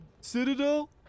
Citadel